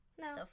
no